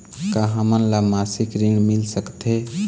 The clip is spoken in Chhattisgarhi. का हमन ला मासिक ऋण मिल सकथे?